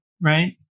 right